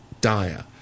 dire